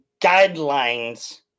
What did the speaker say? guidelines